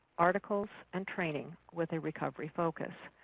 articles, and trainings with a recovery focus.